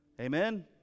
Amen